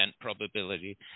probability